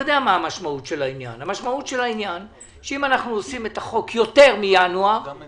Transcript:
המשמעות של העניין שאם אנחנו עושים את החוק יותר מינואר אז הם